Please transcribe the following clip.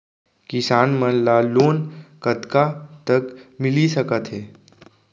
किसान मन ला लोन कतका तक मिलिस सकथे?